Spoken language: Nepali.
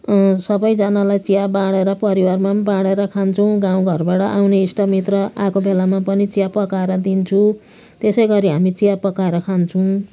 सबैजनालाई चिया बाँडेर परिवारमा पनि बाँडेर खान्छौँ गाउँघरबाट आउने इष्टमित्र आएको बेलामा पनि चिया पकाएर दिन्छु त्यसै गरी हामी चिया पकाएर खान्छौँ